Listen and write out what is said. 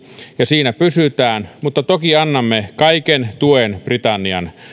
ja siinä pysytään mutta toki annamme kaiken tuen britannian